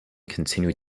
continued